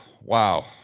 Wow